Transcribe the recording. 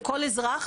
לכל אזרח,